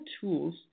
tools